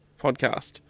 podcast